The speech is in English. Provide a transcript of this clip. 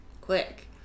quick